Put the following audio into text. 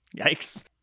Yikes